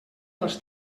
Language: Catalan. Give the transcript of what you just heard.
dels